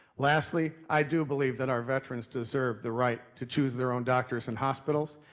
lastly, i do believe that our veterans deserve the right to choose their own doctors and hospitals,